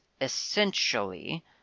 essentially